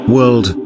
World